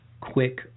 quick